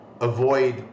avoid